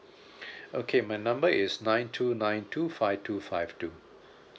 okay my number is nine two nine two five two five two